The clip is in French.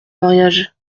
mariage